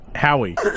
Howie